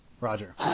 Roger